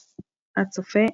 הצופה,